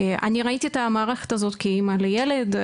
אני ראיתי את המערכת הזאת כאימא לילד,